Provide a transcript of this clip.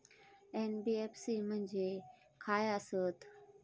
NBFC म्हणजे खाय आसत?